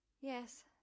Yes